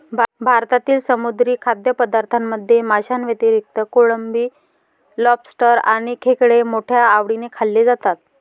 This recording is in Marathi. भारतातील समुद्री खाद्यपदार्थांमध्ये माशांव्यतिरिक्त कोळंबी, लॉबस्टर आणि खेकडे मोठ्या आवडीने खाल्ले जातात